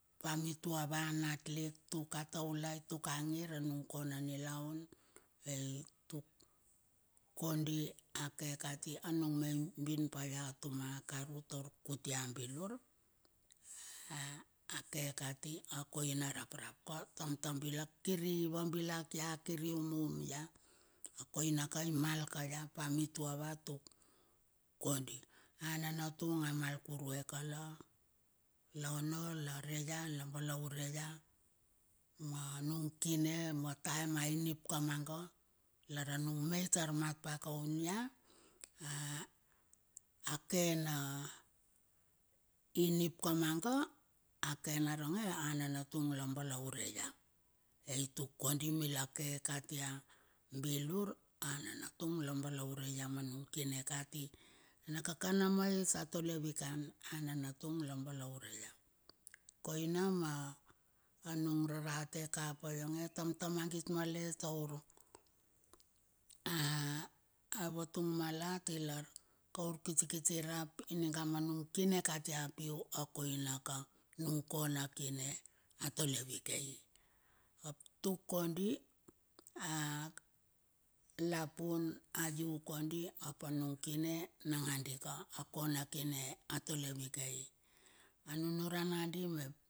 Pa mitua va natlik tuka taulai tuk a ngir a nung kona nilaun. Ai tuk kondi a ke kati anung me ibun pa ia tuma karu tar kuti a bilur. a kekati a koina raprap kat tam ta bilak kir i vabilak ia kir iu mum ia. A koina ka imal kurue pa mitu ava tuk, kondi. A na natung amal kurue kala la ono lare ia la balaure ia, ma nung kine mataem a inip kamaga. Lar anung me itar mat pa kaun ia. ake na inip kamaga a ke na ronge a nana tung la balaure ia. Ai tuk kondi mila ke katia bilur. Anana tung la balaure ia ma nung kine kati. Nakaka na mait atole vikan ananatung la balaure ia. Koina ma nung rarate kapa yionge tamtam mangit malet ta uru, a ava tung malet ilar a urkiti kiti rap ininga ma nung kine katia piu a koina ka. Anung kona kine a tole vikei, ap tuk kodi a lapun a iu kondi apa anung kine nangadi ka. Akona kine a tole vakei an unu ram nadi mep.